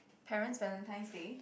parents Valentines Day